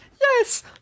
Yes